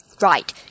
Right